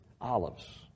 olives